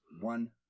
one